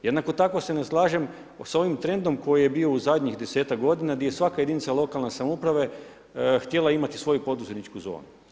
Jednako tako se ne slažem sa ovim trendom koji je bio u zadnjih desetak godina gdje je svaka jedinica lokalne samouprave htjela imati svoju poduzetničku zonu.